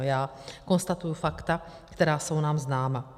Já konstatuji fakta, která jsou nám známa.